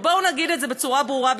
ובואו נגיד את זה בצורה ברורה,